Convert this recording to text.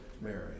Mary